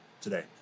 today